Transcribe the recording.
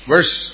Verse